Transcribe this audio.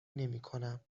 نمیکنم